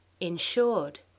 insured